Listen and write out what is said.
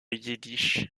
yiddish